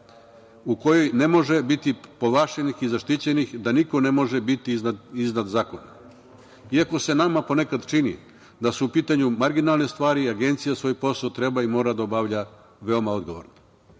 u kojoj ne može biti povlašćenih i zaštićenih i niko ne može biti iznad zakona. Iako se nama ponekad čini da su u pitanju marginalne stvari, Agencija svoj posao treba i mora da obavlja veoma odgovorno.